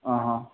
आं हां